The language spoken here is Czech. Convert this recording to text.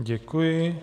Děkuji.